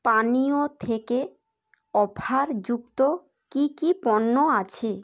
পানীয় থেকে অফার যুক্ত কি কি পণ্য আছে